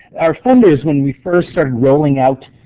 our funders, when we first started rolling out